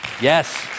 Yes